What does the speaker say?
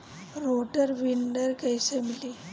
Rotor weeder कईसे मिले?